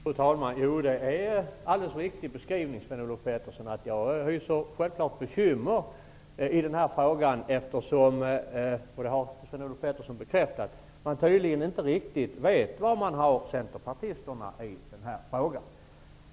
Fru talman! Det är en riktig beskrivning att jag hyser bekymmer. Sven-Olof Petersson har också bekräftat att vi inte riktigt kan veta var vi har centerpartisterna i den här frågan.